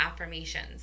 affirmations